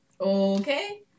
Okay